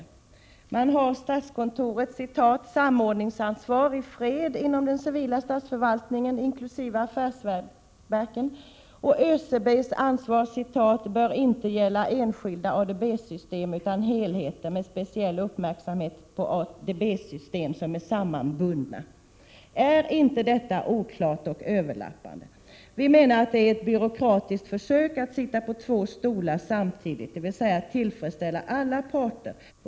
Där framhålls å ena sidan: ”Statskontoret har samordningsansvar för ADB-säkerheten i fred inom den civila statsförvaltningen inkl. affärsverken.” Å andra sidan framhålls: ”ÖCB:s analyser bör inte gälla enskilda ADB-system utan helheten, speciell uppmärksamhet bör ägnas ADB-system hos olika verksamheter som är sammanbundna”. Ärinte detta oklart och överlappande? Vi menar att det är ett byråkratiskt försök att sitta på två stolar samtidigt, dvs. att tillfredsställa alla parter.